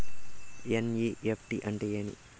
NEFT అంటే ఏమి